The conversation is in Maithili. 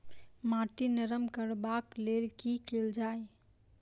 माटि नरम करबाक लेल की केल जाय?